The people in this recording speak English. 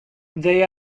they